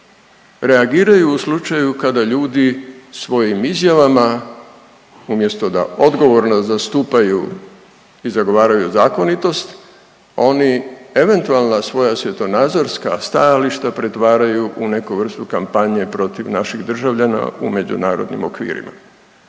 reagiraju u slučaju kada ljudi svojim izjavama umjesto da odgovorno zastupaju i zagovaraju zakonitost, oni eventualna svoja svjetonazorska stajališta pretvaraju u neku vrstu kampanje protiv naših državljana u međunarodnim okvirima,